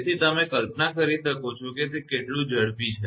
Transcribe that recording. તેથી તમે કલ્પના કરી શકો છો કે તે કેટલું ઝડપી છે